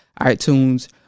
iTunes